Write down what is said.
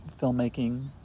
filmmaking